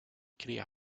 cría